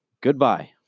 Goodbye